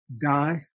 die